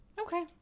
Okay